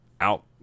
out